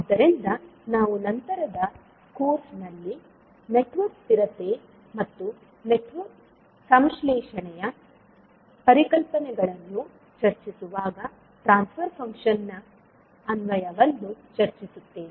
ಆದ್ದರಿಂದ ನಾವು ನಂತರದ ಕೋರ್ಸ್ನಲ್ಲಿ ನೆಟ್ವರ್ಕ್ ಸ್ಥಿರತೆ ಮತ್ತು ನೆಟ್ವರ್ಕ್ ಸಂಶ್ಲೇಷಣೆಯ ಪರಿಕಲ್ಪನೆಗಳನ್ನು ಚರ್ಚಿಸಿವಾಗ ಟ್ರಾನ್ಸ್ ಫರ್ ಫಂಕ್ಷನ್ ನ ಅನ್ವಯವನ್ನು ಚರ್ಚಿಸುತ್ತೇವೆ